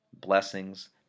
Blessings